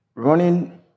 Running